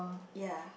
ya